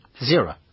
Zero